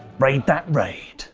raid that raid.